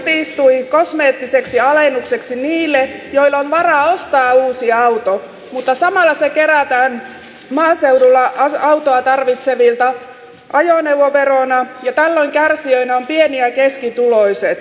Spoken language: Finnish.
nyt autoveroale kutistui kosmeettiseksi alennukseksi niille joilla on varaa ostaa uusi auto mutta samalla se kerätään maaseudulla autoa tarvitsevilta ajoneuvoverona ja tällöin kärsijöinä ovat pieni ja keskituloiset